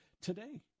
today